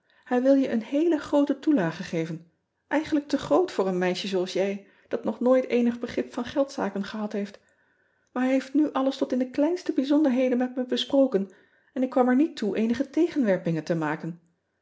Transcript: ij wil je een heele groote toelage geven eigenlijk te groot voor een meisje zooals jij dat nog nooit eenig begrip van geldzaken gehad heeft aar hij heeft nu alles tot in de kleinste bijzonderheden met me besproken en ik kwam er niet toe eenige tegenwerpingen te maken